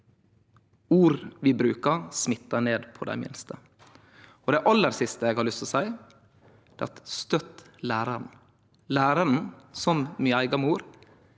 Ord vi brukar, smittar over på dei minste. Det aller siste eg har lyst til å seie, er: Støtt læraren. Læraren, som mi eiga mor,